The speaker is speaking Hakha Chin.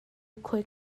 khoi